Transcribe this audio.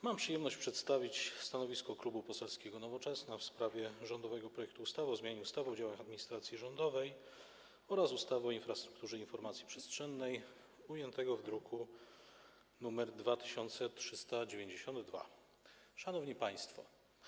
Mam przyjemność przedstawić stanowisko Klubu Poselskiego Nowoczesna w sprawie rządowego projektu ustawy o zmianie ustawy o działach administracji rządowej oraz ustawy o infrastrukturze informacji przestrzennej, zawartego w druku nr 2392. Szanowni Państwo!